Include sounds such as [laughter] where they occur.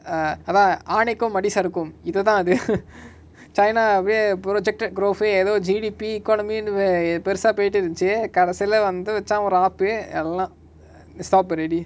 ah அதா ஆனைக்கும் அடி சறுக்கும் இதுதா அது:atha aanaikkum adi sarukkum ithutha athu [laughs] china அப்டியே:apdiye projected growth uh ஏதோ:yetho G_D_P economy nuve~ பெருசா போய்டு இருந்துச்சு கடைசில வந்து வச்சா பாரு ஆப்பு எல்லா:perusa poitu irunthuchu kadaisila vanthu vacha paaru aapu ella [noise] stop already